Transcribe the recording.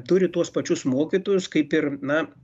turi tuos pačius mokytojus kaip ir na